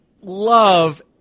love